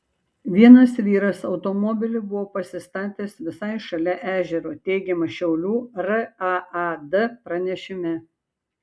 vienas vyras automobilį buvo pasistatęs visai šalia ežero teigiama šiaulių raad pranešime